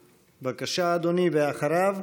בבקשה, אדוני, ואחריו,